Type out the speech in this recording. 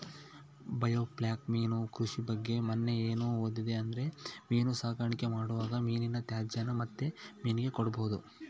biofloc ಮೀನು ಕೃಷಿ ಬಗ್ಗೆ ಮನ್ನೆ ಏನು ಓದಿದೆ ಅಂದ್ರೆ ಮೀನು ಸಾಕಾಣಿಕೆ ಮಾಡುವಾಗ ಮೀನಿನ ತ್ಯಾಜ್ಯನ ಮತ್ತೆ ಮೀನಿಗೆ ಕೊಡಬಹುದು